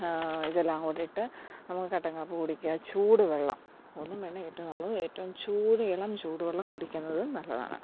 ഇതെല്ലാംകൂടെ ഇട്ട് നമുക്ക് കട്ടൻകാപ്പി കുടിക്കാം ചൂട് വെള്ളം ഒന്നും വേണ്ടെങ്കില് ഏറ്റവും നല്ലത് ഏറ്റവും ചൂട് ഇളം ചൂടുവെള്ളം കുടിക്കുന്നതും നല്ലതാണ്